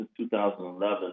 2011